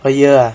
per year ah